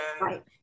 Right